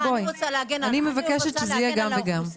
אני מבקשת שזה יהיה גם וגם.